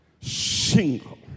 single